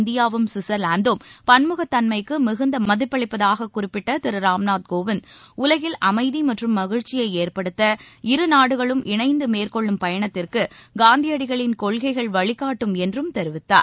இந்தியாவும் ஸ்விட்சர்லாந்தும் பன்முகத் முக்கிய உலகின் தன்மைக்குமிகுந்தமதிப்பளிப்பதாககுறிப்பிட்டதிருராம்நாத் உலகில் அமைதிமற்றும் மகிழ்ச்சியைஏற்படுத்த இருநாடுகளும் இணைந்துமேற்கொள்ளும் பயணத்திற்குகாந்தியடிகளின் கொள்கைகள் வழிகாட்டும் என்றும் தெரிவித்தார்